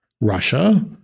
Russia